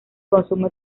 consume